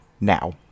now